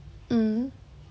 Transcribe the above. mm